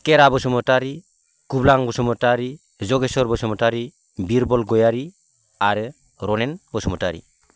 केरा बसुमतारि गुब्लां बसुमतारि जगेस्वर बसुमतारि बिरबल गयारि आरो रनेन बसुमतारि